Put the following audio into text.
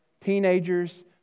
teenagers